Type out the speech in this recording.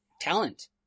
talent